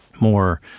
more